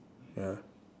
ya